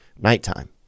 nighttime